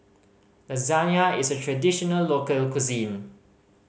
lasagne is a traditional local cuisine